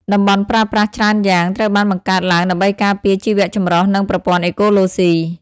តំបន់ប្រើប្រាស់ច្រើនយ៉ាង ត្រូវបានបង្កើតឡើងដើម្បីការពារជីវៈចម្រុះ និងប្រព័ន្ធអេកូឡូស៊ី។